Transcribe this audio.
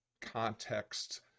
context